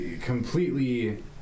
completely